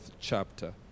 chapter